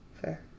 Fair